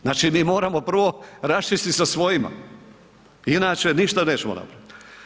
Znači mi moramo prvo raščistit sa svojima inače ništa nećemo napraviti.